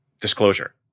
disclosure